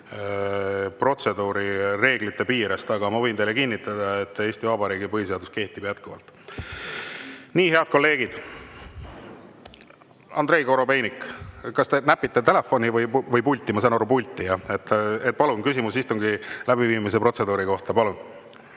protseduurireeglite piirest, aga ma võin teile kinnitada, et Eesti Vabariigi põhiseadus kehtib jätkuvalt. Nii, head kolleegid! Andrei Korobeinik, kas te näpite telefoni või pulti? Ma saan aru, et pulti. Palun, küsimus istungi läbiviimise protseduuri kohta! Aitäh,